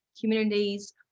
communities